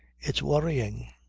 it's worrying.